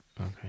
Okay